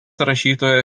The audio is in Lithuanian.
rašytojo